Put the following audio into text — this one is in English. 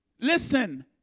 Listen